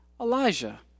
Elijah